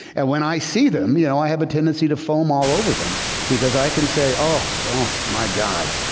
and when i see them, you know, i have a tendency to foam all over them because i can say oh my god,